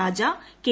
Raja K